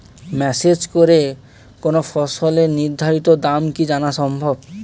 Message করে কোন ফসলের নির্ধারিত দাম কি জানা সম্ভব?